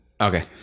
Okay